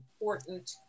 important